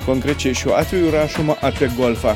konkrečiai šiuo atveju rašoma apie golfą